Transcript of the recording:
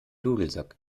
dudelsack